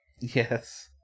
Yes